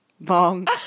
long